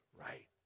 right